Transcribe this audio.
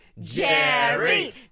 Jerry